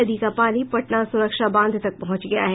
नदी का पानी पटना सुरक्षा बांध तक पहुंच गया है